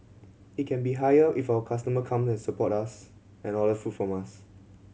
it can be higher if our customer come and support us and order food from us